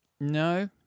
No